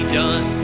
done